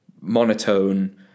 monotone